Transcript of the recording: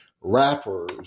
rappers